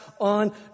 on